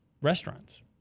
restaurants